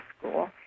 school